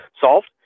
solved